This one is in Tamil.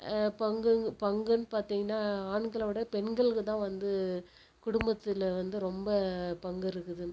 பங்குங் பங்குன்னு பார்த்தீங்கன்னா ஆண்களை விட பெண்களுக்கு தான் வந்து குடும்பத்தில் வந்து ரொம்ப பங்கு இருக்குது